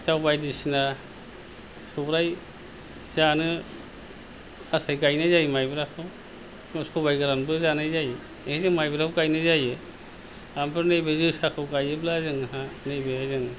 सिथाव बायदिसिना सौराइ जानो आसायै गायनाय जायो माइब्राखौ सबाइ गोरानबो जानाय जायो बे जों माइब्राखौ गायनाय जायो ओमफ्राय नैबे जोसाखौ गायोब्ला जोंहा नैबे जों